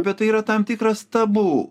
bet tai yra tam tikras tabu